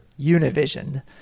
Univision